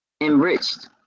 enriched